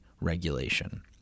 regulation